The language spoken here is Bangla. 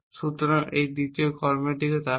সুতরাং এই দ্বিতীয় কর্মের দিকে তাকান